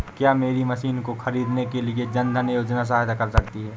क्या मेरी मशीन को ख़रीदने के लिए जन धन योजना सहायता कर सकती है?